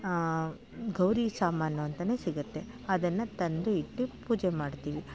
ಗೌರಿ ಸಾಮಾನು ಅಂತನೇ ಸಿಗುತ್ತೆ ಅದನ್ನು ತಂದು ಇಟ್ಟು ಪೂಜೆ ಮಾಡ್ತೀವಿ